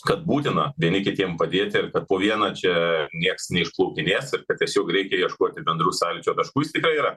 kad būtina vieni kitiem padėti ir kad po vieną čia nieks neišplaukinės ir kad tiesiog reikia ieškoti bendrų sąlyčio taškų jis tikrai yra